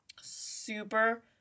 super